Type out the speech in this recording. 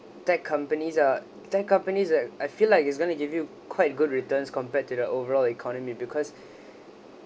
tech companies are tech companies uh I feel like it's going to give you quite good returns compared to the overall economy because